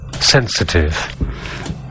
Sensitive